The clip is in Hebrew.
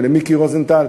ולמיקי רוזנטל,